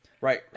Right